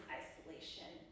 isolation